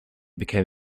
became